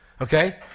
Okay